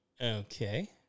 okay